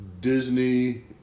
Disney